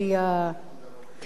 כאילו הבעל חייב להרוויח יותר.